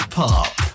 pop